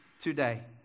today